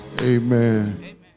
Amen